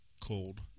cold